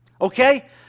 Okay